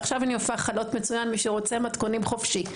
עכשיו אני אופה חלות מצוין מי שרוצה מתכונים חופשי.